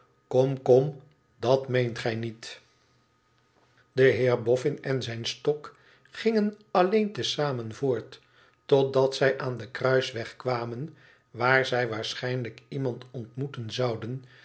ikom kom dat meent gij niet v de heer bofün en zijn stok gingen alleen te zamen voort totdat zij aan den kruisweg kwamen waarbij waarschijnlijk iemand ontmoeten zouden